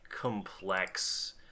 complex